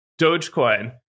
Dogecoin